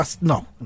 no